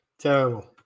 terrible